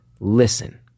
listen